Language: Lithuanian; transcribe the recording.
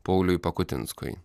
pauliui pakutinskui